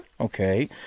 Okay